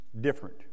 different